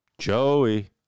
Joey